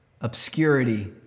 obscurity